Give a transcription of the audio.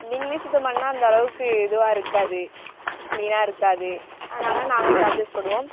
நீங்களே சுத்தம் பண்ணினா அந்த அளவுக்கு இதுவாக இருக்காது கிளீனாக இருக்காது அதனால் நாங்கள் சார்ஜஸ் போடுவோம்